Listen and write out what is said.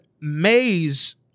May's